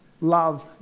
Love